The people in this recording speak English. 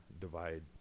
divide